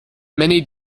many